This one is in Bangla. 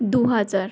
দুহাজার